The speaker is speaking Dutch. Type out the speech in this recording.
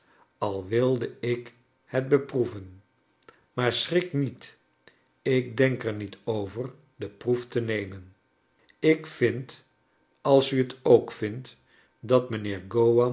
al wilde ik het beproeven maar schrik niet ik denk er niet over de proef te nemen ik vind als u het ook vindt dat mijnheer